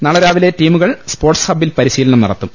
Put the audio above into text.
നാളെ രാവിലെ ടീമുകൾ സ്പോർട്സ് ഹബ്ബിൽ പരിശീലനം നടത്തും